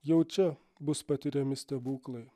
jau čia bus patiriami stebuklai